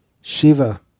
Shiva